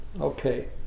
okay